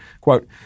Quote